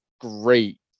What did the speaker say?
great